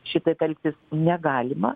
šitaip elgtis negalima